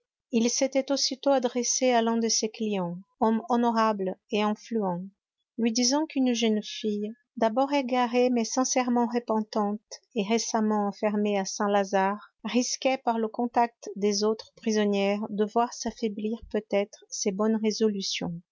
il s'était aussitôt adressé à l'un de ses clients homme honorable et influent lui disant qu'une jeune fille d'abord égarée mais sincèrement repentante et récemment enfermée à saint-lazare risquait par le contact des autres prisonnières de voir s'affaiblir peut-être ses bonnes résolutions